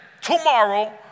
Tomorrow